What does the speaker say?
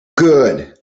good